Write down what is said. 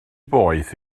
boeth